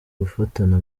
guhatana